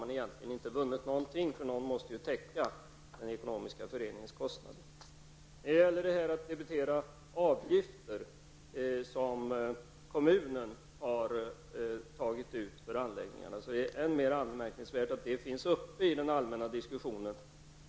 Den ekonomiska föreningens kostnader måste ju täckas. Det är anmärkningsvärt att frågan om att debitera avgifter som kommunen har tagit ut för anläggningarna har kommit fram i den allmänna diskussionen.